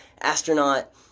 astronaut